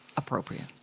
Appropriate